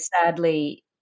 sadly